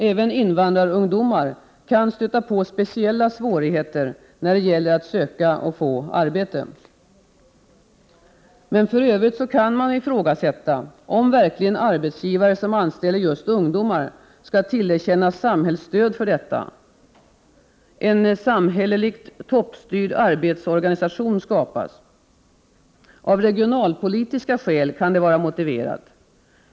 Även invandrarungdomar kan stöta på speciella svårigheter när det gäller att söka och få arbete. Men för övrigt kan man ifrågasätta, om verkligen arbetsgivare som anställer just ungdomar skall tillerkännas samhällsstöd för detta. En Prot. 1988/89:120 samhälleligt toppstyrd arbetsorganisation skapas. Av regionalpolitiska skäl 24 maj 1989 kan det vara motiverat.